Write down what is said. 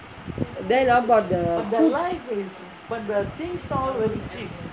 then how about the food